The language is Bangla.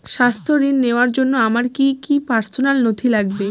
স্বাস্থ্য ঋণ নেওয়ার জন্য আমার কি কি পার্সোনাল নথি লাগবে?